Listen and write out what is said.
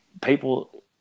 people